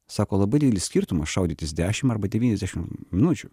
sako labai didelis skirtumas šaudytis dešim arba devyniasdešim minučių